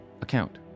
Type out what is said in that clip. account